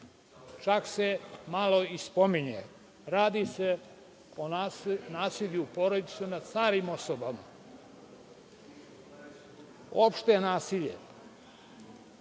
čak se i malo spominje. Radi se o nasilju u porodici nad starim osobama. Opšte nasilje